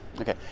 Okay